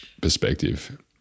perspective